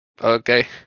Okay